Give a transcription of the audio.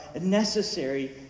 necessary